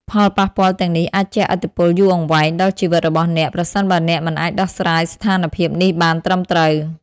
ផលប៉ះពាល់ទាំងនេះអាចជះឥទ្ធិពលយូរអង្វែងដល់ជីវិតរបស់អ្នក ប្រសិនបើអ្នកមិនអាចដោះស្រាយស្ថានភាពនេះបានត្រឹមត្រូវ។